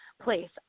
place